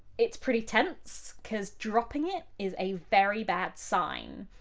it's pretty tense, because dropping it is a very bad sign.